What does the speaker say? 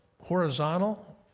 horizontal